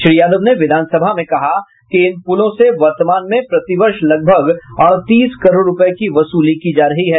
श्री यादव ने विधानसभा में कहा कि इन पूलों से वर्तमान में प्रतिवर्ष लगभग अड़तीस करोड़ रुपये की वसूली की जा रही है